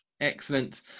excellent